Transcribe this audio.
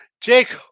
Jake